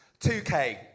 2K